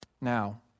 Now